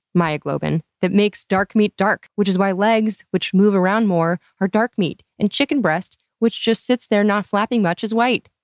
myoglobin, that makes dark meat dark. which is why legs, which move around more, are dark meat. and chicken breast, which just sits there, not flapping much, is white.